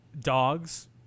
Dogs